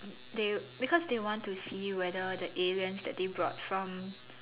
they because they want to see whether the aliens that they brought from